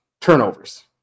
turnovers